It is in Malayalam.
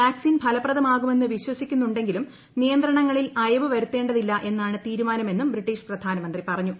വാക്സിൻ ഫലപ്രദമാകുമെന്ന് വിശ്വസിക്കുന്നുണ്ടെങ്കിലും നിയന്ത്രണങ്ങളിൽ അയവ് വരുത്തേണ്ടതില്ല എന്നാണ് തീരുമാനമെന്നും ബ്രിട്ടീഷ് പ്രധാനമന്ത്രി പറഞ്ഞു